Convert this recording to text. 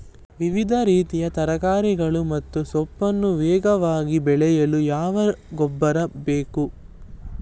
ವಿವಿಧ ರೀತಿಯ ತರಕಾರಿಗಳು ಮತ್ತು ಸೊಪ್ಪನ್ನು ವೇಗವಾಗಿ ಬೆಳೆಯಲು ಯಾವ ಗೊಬ್ಬರ ಬೇಕು?